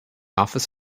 office